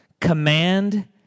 command